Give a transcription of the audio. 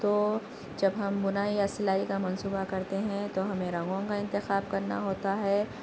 تو جب ہم بُنائى يا سلائى كا منصوبہ كرتے ہیں تو ہمیں رنگوں کا انتخاب کرنا ہوتا ہے